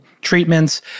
treatments